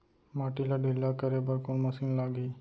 माटी ला ढिल्ला करे बर कोन मशीन लागही?